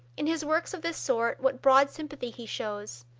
in his works of this sort what broad sympathy he shows!